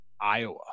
Iowa